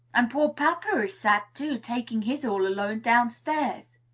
and poor papa is sad, too, taking his all alone downstairs.